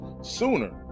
sooner